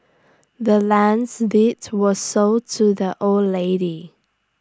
the land's deeds was sold to the old lady